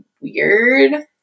weird